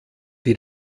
die